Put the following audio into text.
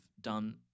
done